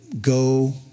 go